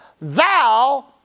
thou